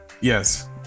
yes